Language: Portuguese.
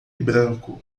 branco